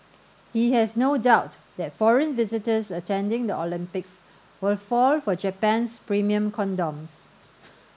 he has no doubt that foreign visitors attending the Olympics will fall for Japan's premium condoms